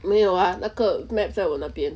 没有 ah 那个 map 在我那边